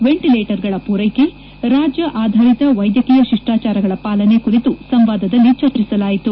ವೆಂಟರೇಟರ್ಗಳ ಪೂರೈಕೆ ರಾಜ್ಯ ಆಧರಿತ ವೈದ್ಯಕೀಯ ಶಿಷ್ಟಾಚಾರಗಳ ಪಾಲನೆ ಕುರಿತು ಸಂವಾದದಲ್ಲಿ ಚರ್ಚಿಸಲಾಯಿತು